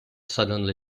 suddenly